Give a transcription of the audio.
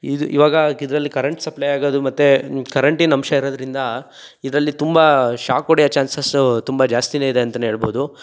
ಇದು ಇವಾಗ ಇದರಲ್ಲಿ ಕರೆಂಟ್ ಸಪ್ಲೈ ಆಗೋದು ಮತ್ತೆ ಕರೆಂಟಿನಂಶ ಇರೋದ್ರಿಂದ ಇದರಲ್ಲಿ ತುಂಬ ಶಾಕ್ ಹೊಡಿಯೋ ಚಾನ್ಸಸ್ಸು ತುಂಬ ಜಾಸ್ತಿಯೇ ಇದೆ ಅಂತಲೇ ಹೇಳ್ಬೋದು